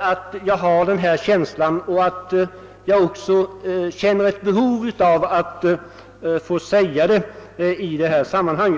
att jag har den känslan och att jag också känner ett behov av alt också få säga detta i detta sammanhang.